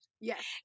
Yes